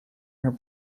her